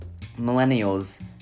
millennials